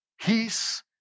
peace